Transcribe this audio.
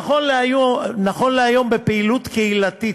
נכון להיום, בפעילות קהילתית,